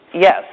Yes